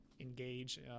engage